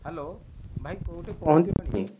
hello ଭାଇ କେଉଁଠି ପହଞ୍ଚିଲଣି